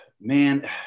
Man